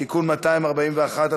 תיקון 241,